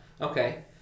Okay